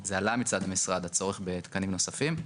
זה עלה מצד המשרד, הצורך בתקנים נוספים.